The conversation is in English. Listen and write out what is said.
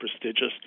prestigious